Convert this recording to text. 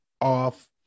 off